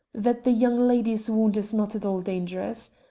that the young lady's wound is not at all dangerous.